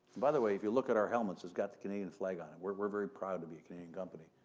by the way, if you look at our helmets, it's got the canadian flag on it. we're we're very proud to be a canadian company.